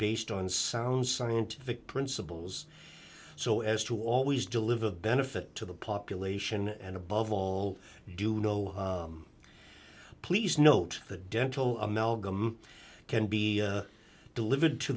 based on sound scientific principles so as to always deliver a benefit to the population and above all do no please note the dental amalgam can be delivered to